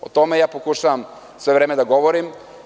O tome ja pokušavam sve vreme da govorim.